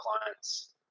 clients